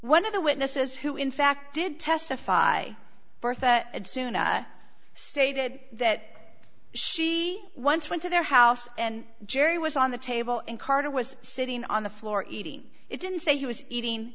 one of the witnesses who in fact did testify bertha and soon stated that she once went to their house and jerry was on the table and carter was sitting on the floor eating it didn't say he was eating